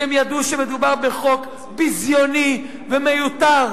כי הם ידעו שמדובר בחוק ביזיוני ומיותר,